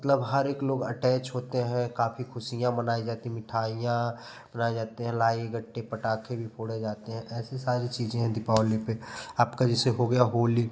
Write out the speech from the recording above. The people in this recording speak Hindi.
मतलब हर एक लोग अटैच होते हैं काफ़ी खुशियाँ मनाई जाती हैं मिठाइयाँ बनाए जाते हैं लाई गट्टे पटाखे भी फोड़े जाते हैं ऐसे सारे चीज़ें हैं दीपावली पे आपका जैसे हो गया होली